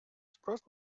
спрос